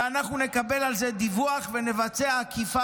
ואנחנו נקבל על זה דיווח ונבצע אכיפה